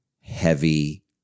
heavy